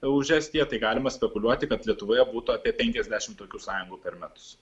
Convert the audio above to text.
už estiją tai galima spekuliuoti kad lietuvoje būtų apie penkiasdešimt tokių sąjungų per metus